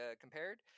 compared